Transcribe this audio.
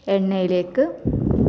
എണ്ണയിലേക്ക്